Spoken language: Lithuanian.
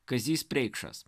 kazys preikšas